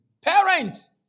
Parents